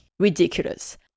ridiculous